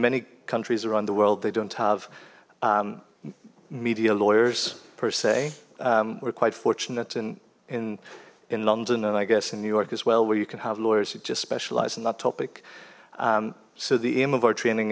many countries around the world they don't have media lawyers per se we're quite fortunate in in in london and i guess in new york as well where you can have lawyers who just specialize in that topic so the aim of our training